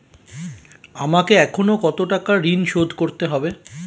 আমাকে এখনো কত টাকা ঋণ শোধ করতে হবে?